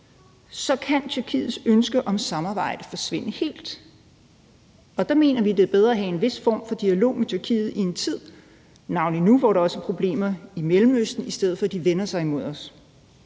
kan Tyrkiets ønske om samarbejde forsvinde helt, og der mener vi, det er bedre at have en vis form for dialog med Tyrkiet, navnlig nu, hvor der også er problemer i Mellemøsten, i stedet for at de vender sig imod os.